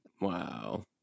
Wow